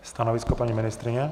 Stanovisko paní ministryně?